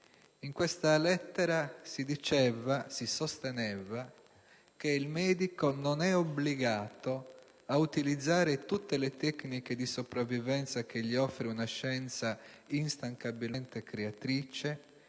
In questa lettera si sosteneva che «il medico non è obbligato ad utilizzare tutte le tecniche di sopravvivenza che gli offre una scienza instancabilmente creatrice.